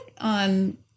on